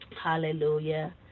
Hallelujah